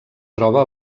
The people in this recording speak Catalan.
troba